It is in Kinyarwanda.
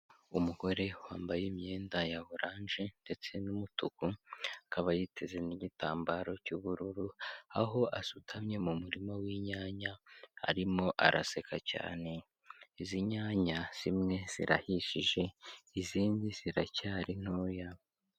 Umugore wambaye imyenda ya oranje ndetse n'umutuku, akaba yiteze n'igitambaro cy'ubururu, aho asutamye mu murima w'inyanya arimo araseka cyane, izi nyanya zimwe zirahishije izindi ziracyari ntoya.